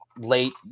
late